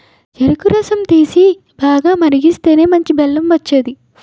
చెరుకు రసం తీసి, బాగా మరిగిస్తేనే మంచి బెల్లం వచ్చేది